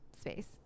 space